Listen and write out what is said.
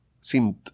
Seemed